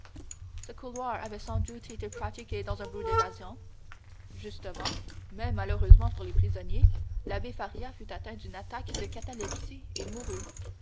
ce couloir avait sans doute été pratiqué dans un but d'évasion justement mais malheureusement pour les prisonniers l'abbé faria fut atteint d'une attaque de catalepsie et mourut